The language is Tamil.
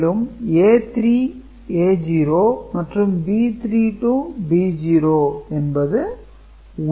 மேலும் A3 A0 மற்றும் B3 B0 என்பது உள்ளீடு ஆகும்